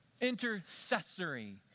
intercessory